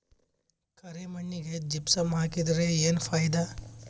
ಕರಿ ಮಣ್ಣಿಗೆ ಜಿಪ್ಸಮ್ ಹಾಕಿದರೆ ಏನ್ ಫಾಯಿದಾ?